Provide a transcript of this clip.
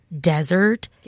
desert